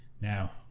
Now